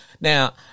Now